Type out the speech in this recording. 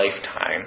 lifetime